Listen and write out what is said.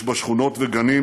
יש בה שכונות וגנים,